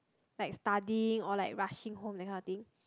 like studying or like rushing home that kind of thing